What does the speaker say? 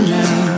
now